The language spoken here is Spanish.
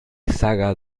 saga